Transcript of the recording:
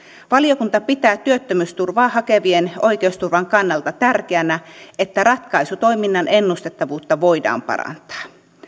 valiokunta pitää työttömyysturvaa hakevien oikeusturvan kannalta tärkeänä että ratkaisutoiminnan ennustettavuutta voidaan parantaa